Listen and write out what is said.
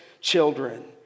children